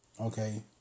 Okay